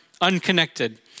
unconnected